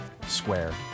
square